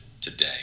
today